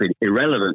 irrelevant